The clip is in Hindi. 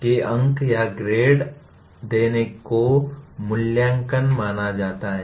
कि अंक या एक ग्रेड देने को मूल्यांकन माना जाता है